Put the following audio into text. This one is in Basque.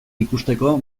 ikusteko